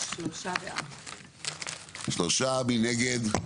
מי נגד?